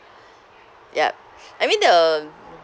yup I mean the